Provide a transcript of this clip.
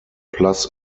plus